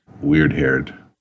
Weird-haired